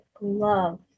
love